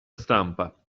stampa